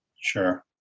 Sure